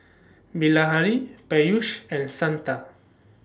Bilahari Peyush and Santha